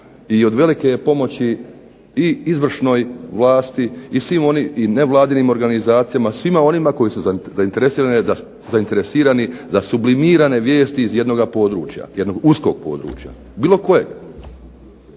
i od velike je pomoći i izvršnoj vlasti i nevladinim organizacijama, svima onima koji su zainteresirani za sublimirane vijesti iz jednog područja, jednog